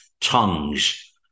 tongues